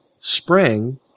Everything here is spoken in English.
spring